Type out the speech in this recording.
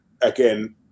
again –